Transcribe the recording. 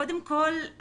קודם כול,